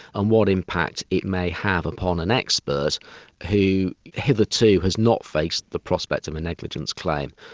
and what impact it may have upon an expert who hitherto has not faced the prospect of a negligence claim,